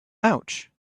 ouch